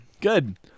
Good